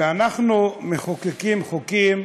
אנחנו מחוקקים חוקים,